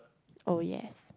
oh yes